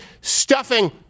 stuffing